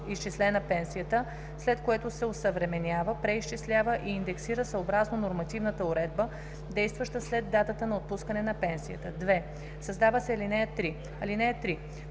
изчислена пенсията, след което се осъвременява, преизчислява и индексира, съобразно нормативната уредба, действаща след датата на отпускане на пенсията.“ 2. Създава се ал. 3: